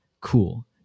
cool